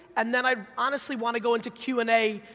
and then i honestly wanna go into q and a,